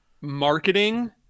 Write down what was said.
marketing